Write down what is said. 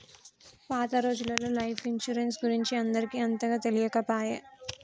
పాత రోజులల్లో life insurance గురించి అందరికి అంతగా తెలియకపాయె